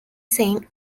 same